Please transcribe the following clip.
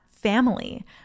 Family